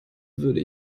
würde